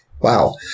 wow